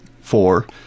four